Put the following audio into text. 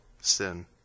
sin